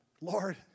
Lord